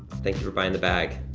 thank you for buying the bag.